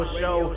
show